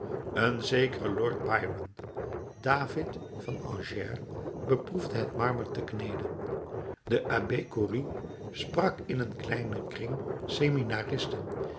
een zekere lord byron david van angers beproefde het marmer te kneden de abbé caurie sprak in een kleinen kring seminaristen